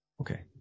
okay